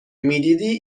میدیدی